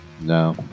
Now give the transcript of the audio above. No